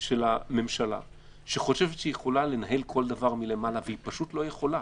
של הממשלה שחושבת שהיא יכולה לנהל כל דבר מלמעלה והיא פשוט לא יכולה.